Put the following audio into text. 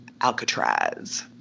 Alcatraz